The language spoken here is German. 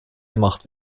gemacht